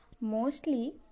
Mostly